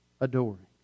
adoring